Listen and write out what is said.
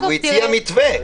הוא הציע מתווה.